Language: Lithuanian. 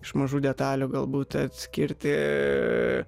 iš mažų detalių galbūt atskirti